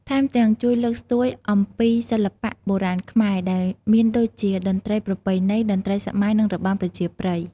ថែមទាំងជួយលើកស្ទួយអំពីសិល្បៈបុរាណខ្មែរ ដែលមានដូចជាតន្ត្រីប្រពៃណី តន្រ្តីសម័យ និងរបាំប្រជាប្រិយ។